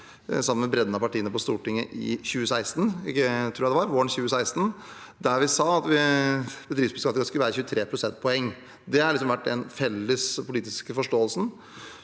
sammen med bredden av partiene på Stortinget våren 2016, der vi sa at bedriftsbeskatningen skulle være på 23 pst. Det har vært den felles politiske forståelsen.